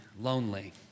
lonely